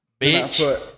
Bitch